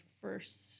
first